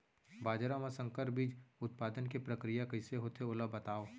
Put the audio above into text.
बाजरा मा संकर बीज उत्पादन के प्रक्रिया कइसे होथे ओला बताव?